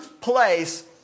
place